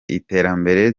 iterambere